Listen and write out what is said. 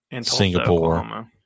Singapore